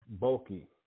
bulky